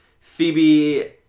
Phoebe